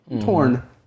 Torn